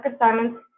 assignments